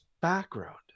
background